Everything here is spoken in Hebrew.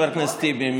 חבר הכנסת טיבי,